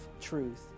truth